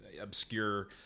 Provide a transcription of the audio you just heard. obscure